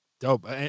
dope